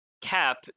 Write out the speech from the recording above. cap